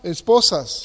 Esposas